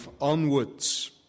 onwards